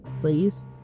please